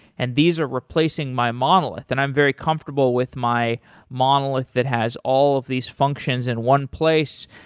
and these are replacing my monolith. and i'm very comfortable with my monolith that has all of these functions in one place.